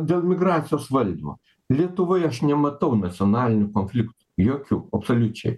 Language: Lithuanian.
dėl migracijos valdymo lietuvoj aš nematau nacionalinių konfliktų jokių absoliučiai